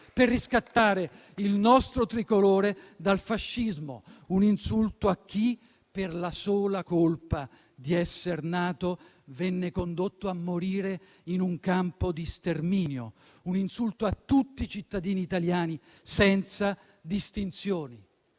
per riscattare il nostro Tricolore dal fascismo; un insulto a chi, "per la sola colpa di esser nato", venne condotto a morire in un campo di sterminio; un insulto a tutti i cittadini italiani, senza distinzioni.